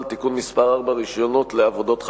(תיקון מס' 4) (רשיונות לעבודות חשמל),